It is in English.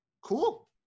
Cool